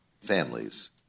families